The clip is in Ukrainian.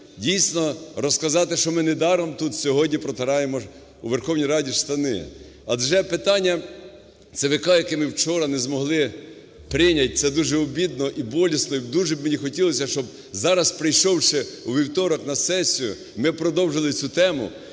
дійсно розказати, що ми недаром тут сьогодні протираємо у Верховній Раді штани. Адже питання ЦВК, яке ми вчора не змогли прийняти, це дужеобідно і болісно. І дуже б мені хотілося, щоб зараз, прийшовши у вівторок на сесію, ми продовжили цю тему,